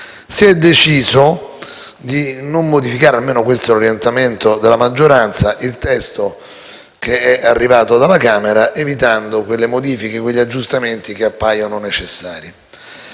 Si è deciso di non modificare (almeno questo è l'orientamento della maggioranza) il testo che è arrivato dalla Camera dei deputati, evitando quelle modifiche e quegli aggiustamenti che pure appaiono necessari.